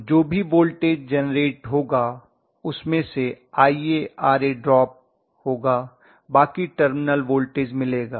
तो जो भी वोल्टेज जेनरेट होगा उसमे से IaRa ड्राप होगा बाकी टर्मिनल वोल्टेज मिलेगा